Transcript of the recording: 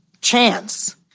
chance